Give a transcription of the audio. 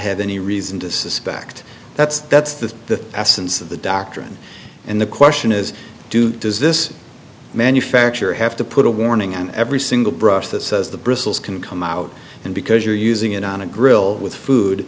have any reason to suspect that's that's the essence of the doctrine and the question is do does this manufacturer have to put a warning on every single brush that says the bristles can come out and because you're using it on a grill with food